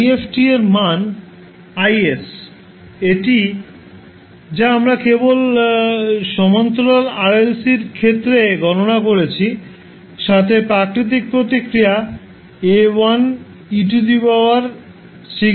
if এর মান Is এটি যা আমরা কেবল সমান্তরাল RLCর ক্ষেত্রে গণনা করেছি সাথে প্রাকৃতিক প্রতিক্রিয়া